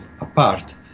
apart